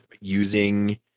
using